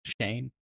Shane